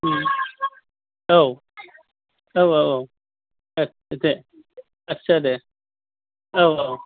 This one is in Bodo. औ औ औ औ दे आच्चा दे औ औ